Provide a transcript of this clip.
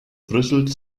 brüssel